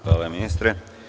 Hvala ministre.